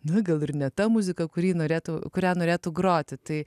daugiau ir ne ta muzika kurį norėtų kurią norėtų groti tai